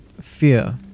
fear